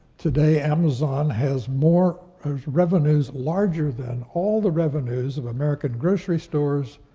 today, amazon has more, has revenues larger than all the revenues of american grocery stores,